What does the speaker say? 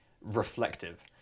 reflective